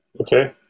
Okay